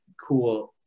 cool